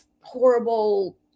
horrible